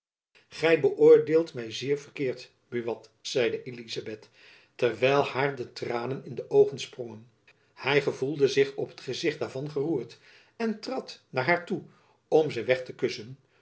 gy beöordeelt my zeer verkeerd buat zeide elizabeth terwijl haar de tranen in de oogen sprongen hy gevoelde zich op het gezicht daarvan geroerd en trad naar haar toe om ze weg te kussen